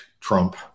Trump